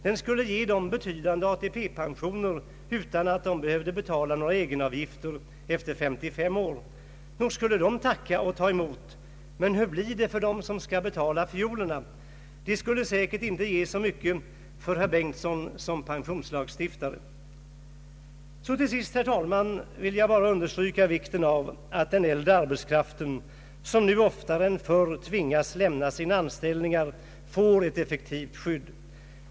Den skulle ge dem betydande ATP-pensioner utan att de behövde betala egenavgifter efter 55 år. Nog skulle de tacka och ta emot. Men hur blir det för dem som skall betala fiolerna? De skulle säkert inte ge så mycket för herr Bengtson som pensionslagstiftare. Så till sist, herr talman, vill jag understryka vikten av att den äldre arbetskraften, som nu oftare än förr tvingas lämna sina anställningar, får ett effektivt skydd.